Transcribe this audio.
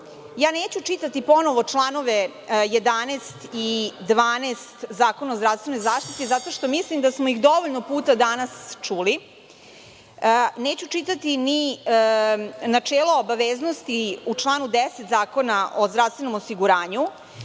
ponovo čitati članove 11. i 12. Zakona o zdravstvenoj zaštiti, zato što mislim da smo ih dovoljno puta danas čuli. Neću čitati ni načelo obaveznosti u članu 10. Zakona o zdravstvenom osiguranju,